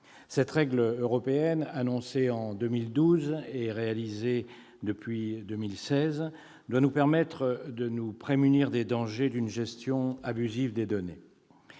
Cette réglementation européenne, annoncée en 2012 et réalisée depuis 2016, doit nous permettre de nous prémunir des dangers d'une gestion abusive des données.